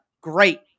great